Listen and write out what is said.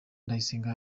ndayisenga